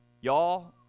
Y'all